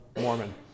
Mormon